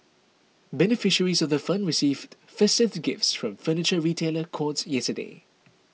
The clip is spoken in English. beneficiaries of the fund received festive gifts from Furniture Retailer Courts yesterday